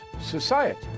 society